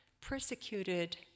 persecuted